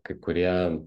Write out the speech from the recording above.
kai kurie